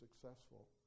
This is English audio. successful